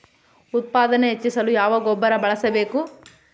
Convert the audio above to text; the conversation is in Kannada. ಉತ್ಪಾದನೆ ಹೆಚ್ಚಿಸಲು ಯಾವ ಗೊಬ್ಬರ ಬಳಸಬೇಕು?